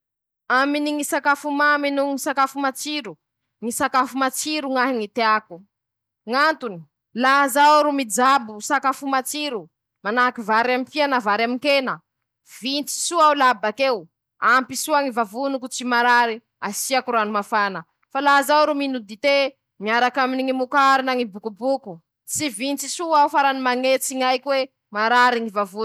Ñy loko volomboasary i amiko, midika fialam-boly, ñy a avy an-dohako ao voalohany: -ñy loko volomboasare maneho fahasambara, maneho ñy hafalia, ñy fiaiña, ñy fiaiñam-baovao, ñy fanantena, ñy fialam-bole, misy koa ñy fanombohany ñy fiaiña vaovao aminy ñy raha ataon-teña.